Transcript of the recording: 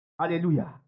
Hallelujah